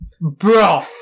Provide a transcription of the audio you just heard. Bro